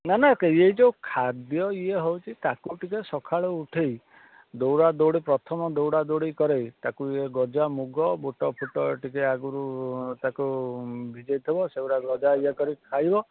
ନାଁ ନାଁ ଏଇ ଯେଉଁ ଖାଦ୍ୟ ଇଏ ହେଉଛି ତାକୁ ଟିକିଏ ସଖାଳୁ ଉଠେଇ ଦୌଡ଼ାଦୌଡ଼ି ପ୍ରଥମ ଦୌଡ଼ାଦୌଡ଼ି କରେଇ ତାକୁ ଇଏ ଗଜାମୁଗ ବୁଟ ଫୁଟ୍ ଟିକିଏ ଆଗରୁ ତାକୁ ଭିଜେଇଥିବ ତାକୁ ଗଜା ଇଏ କରି ଖାଇବ